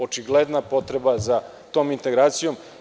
Očigledna je potreba za tom integracijom.